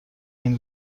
این